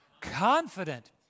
Confident